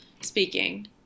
speaking